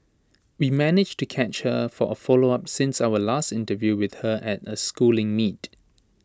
we managed to catch her for A follow up since our last interview with her at A schooling meet